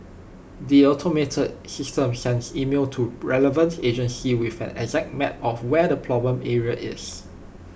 the automated system sends emails to relevant agencies with an exact map of where the problem area is